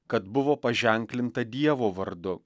kad buvo paženklinta dievo vardu